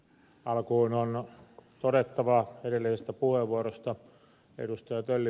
alkuun on todettava edellisestä puheenvuorosta ed